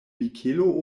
mikelo